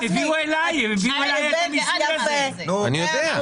הביאו אליי את --- אני יודע.